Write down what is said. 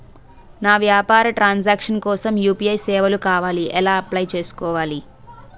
నా వ్యాపార transaction కోసం యు.పి.ఐ సేవలు కావాలి ఎలా అప్లయ్ చేసుకోవాలి?